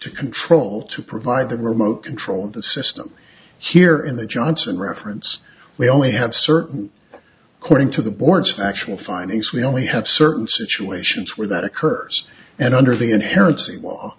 to control to provide the remote control of the system here in the johnson reference we only have certain cording to the board's factual findings we only have certain situations where that occurs and under the inherent